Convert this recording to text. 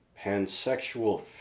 pansexual